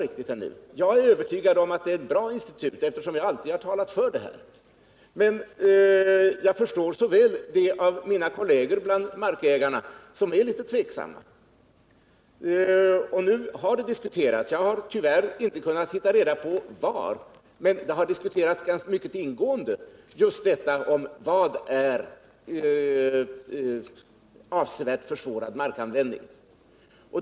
Jag är övertygad om att naturvårdsområde är ett bra institut, och jag har alltid talat för det, men jag förstår så väl mina kolleger bland markägarna som är litet tveksamma. Det har diskuterats mycket ingående — tyvärr har jag inte kunnat leta reda på var det var någonstans — vad som menas med avsevärt försvårad markanvändning.